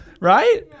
right